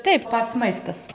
taip pats maistas